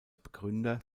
begründer